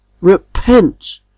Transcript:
Repent